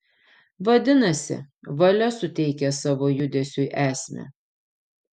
vadinasi valia suteikia savo judesiui esmę